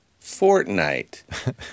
Fortnite